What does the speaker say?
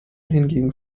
hingegen